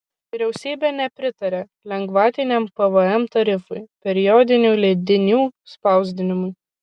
vyriausybė nepritarė lengvatiniam pvm tarifui periodinių leidinių spausdinimui